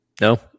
no